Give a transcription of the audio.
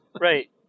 Right